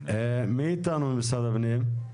מי איתנו ממשרד הפנים?